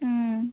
ಹ್ಞೂ